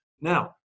Now